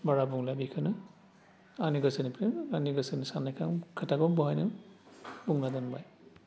बारा बुंला बेखौनो आंनि गोसोनिफ्रायबो आंनि गोसोनि सान्नायखौ आं खोथाखौ बेयावनो बुंना दोनबाय